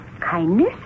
Kindness